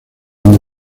donde